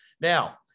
Now